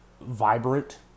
vibrant